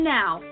now